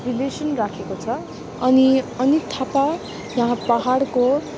relation राखेको छ अनि अनित थापा यहाँ पाहाडको